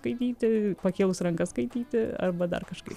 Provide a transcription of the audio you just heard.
skaityti pakėlus ranką skaityti arba dar kažkaip